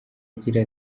agira